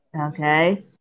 Okay